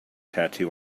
tattoo